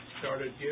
started